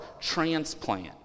transplant